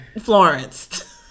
Florence